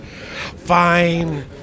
Fine